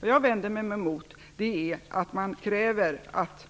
Vad jag vänder mig mot är att man kräver att